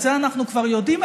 את זה כבר אנחנו יודעים,